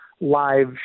live